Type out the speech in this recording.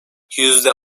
yüzde